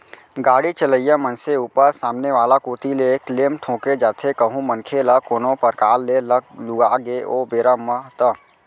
गाड़ी चलइया मनसे ऊपर सामने वाला कोती ले क्लेम ठोंके जाथे कहूं मनखे ल कोनो परकार ले लग लुगा गे ओ बेरा म ता